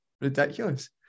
Ridiculous